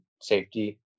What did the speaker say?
safety